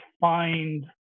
find